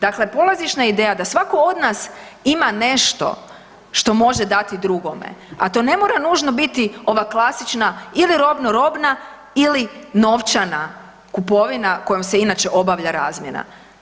Dakle, polazišna ideja da svatko od nas ima nešto što može dati drugome, a to ne mora nužno biti ova klasična ili robno robna ili novčana kupovina kojom se inače obavlja razmjena.